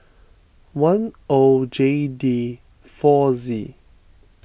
one O J D four Z